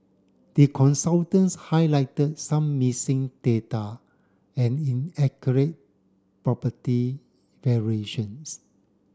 the consultants highlighted some missing data and property valuations